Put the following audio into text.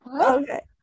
Okay